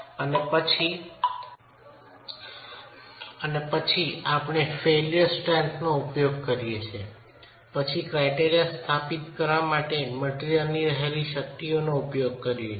અને પછી આપણે ફેઇલ્યર સ્ટેન્થનો ઉપયોગ કરીએ છીએ પછી ક્રાયટેરિયા સ્થાપિત કરવા માટે મટીરયલમાં રહેલી શક્તિઓનો ઉપયોગ કરીએ છીએ